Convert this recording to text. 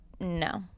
No